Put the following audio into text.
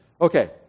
Okay